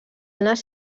nas